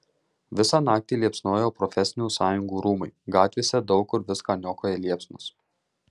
visą naktį liepsnojo profesinių sąjungų rūmai gatvėse daug kur viską niokoja liepsnos